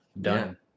Done